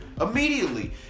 Immediately